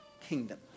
kingdom